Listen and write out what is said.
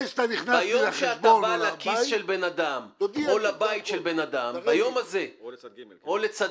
ביום שאתה בא לכיס של בן אדם או לבית של בן אדם או לצד ג',